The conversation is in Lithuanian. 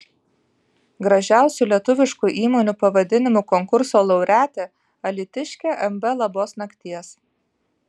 gražiausių lietuviškų įmonių pavadinimų konkurso laureatė alytiškė mb labos nakties